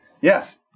yes